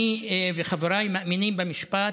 אני וחבריי מאמינים במשפט: